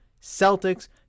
Celtics